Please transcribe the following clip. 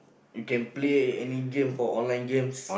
you can play any games for online games